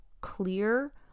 clear